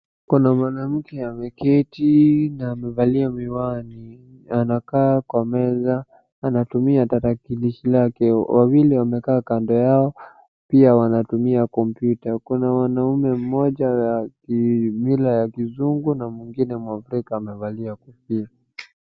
Kuna mwanamke ameketi na amevalia miwani anakaa kwa meza anatumia tarakilishi lake. Wawili wamekaa kando yao pia wanatumia kompyuta kuna wanaume mmoja ya kimila ya kizungu na mwingine mwafrika amevalia kofia.